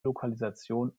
lokalisation